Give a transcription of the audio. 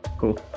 Cool